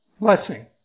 blessing